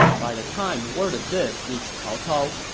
by the time word of this reached cao cao,